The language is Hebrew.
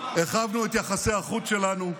הרחבנו את יחסי החוץ שלנו,